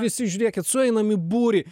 visi žiūrėkit sueinam į būrį